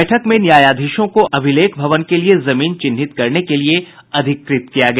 बैठक में न्यायाधीशों को अभिलेख भवन के लिये जमीन चिन्हित करने के लिये अधिकृत किया गया